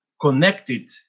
connected